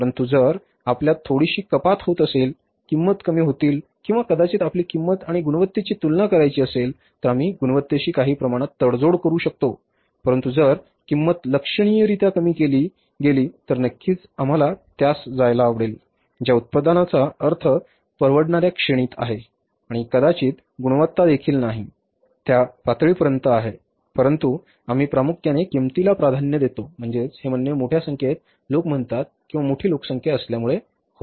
परंतु जर आपल्यात थोडीशी कपात होत असेल किंमती कमी होतील किंवा कदाचित आपली किंमत आणि गुणवत्तेची तुलना करायची असेल तर आम्ही गुणवत्तेशी काही प्रमाणात तडजोड करू शकतो परंतु जर किंमत लक्षणीयरीत्या कमी केली गेली तर नक्कीच आम्हाला त्यास जायला आवडेल ज्या उत्पादनांचा अर्थ परवडणार्या श्रेणीत आहे आणि कदाचित गुणवत्ता देखील नाही त्या पातळीपर्यंत आहे परंतु आम्ही प्रामुख्याने किंमतीला प्राधान्य देतो म्हणजे हे म्हणणे मोठ्या संख्येत लोक म्हणतात किंवा मोठी लोकसंख्या असल्यामुळे होते